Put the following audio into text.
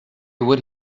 would